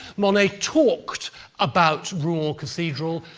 monet talked about rouen cathedral,